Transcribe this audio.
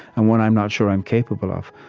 and one i'm not sure i'm capable of.